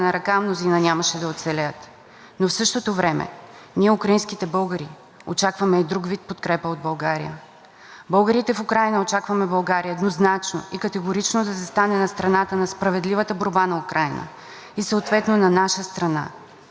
Българите в Украйна очакваме България еднозначно и категорично да застане на страната на справедливата борба на Украйна и съответно на наша страна, на българите в Украйна. От друга страна, разбираме, че тук се повтарят откровените лъжи на руската пропаганда за това, че националните